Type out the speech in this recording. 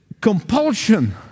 compulsion